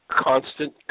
constant